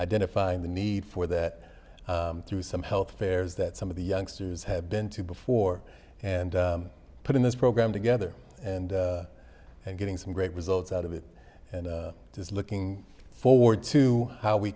identifying the need for that through some health fairs that some of the youngsters have been to before and putting this program together and and getting some great results out of it and just looking forward to how we